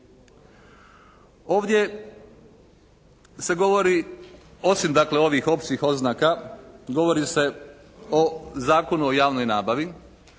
Ovdje se govori osim dakle ovih općih oznaka govori se o Zakonu o javnoj nabavi.